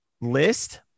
list